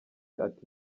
ati